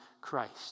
Christ